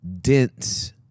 dense